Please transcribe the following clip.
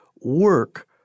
work